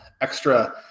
extra